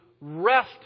rest